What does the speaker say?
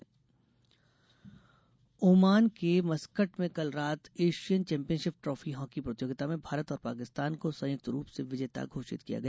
hockey Oman के Muscat में कल रात एशियन चैम्पियन्स ट्रॉफी हॉकी प्रतियोगिता में भारत और पाकिस्तान को संयुक्त रूप से विजेता घोषित किया गया